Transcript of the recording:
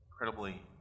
incredibly